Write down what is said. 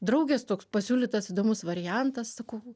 draugės toks pasiūlytas įdomus variantas sakau